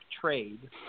trade